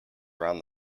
around